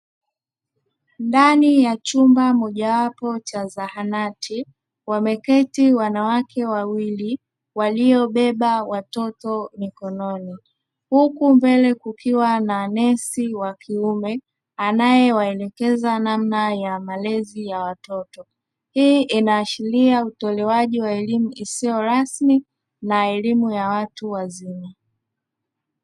Ndani ya chumba mojawapo cha zahanati, wameketi wanawake wawili waliobeba watoto mikononi, huku mbele kukiwa na nesi wa kiume anayewaelekeza namna ya malezi ya watoto. Hii inaashiria utoaji wa elimu isiyo rasmi na elimu ya watu wazima.